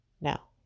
Now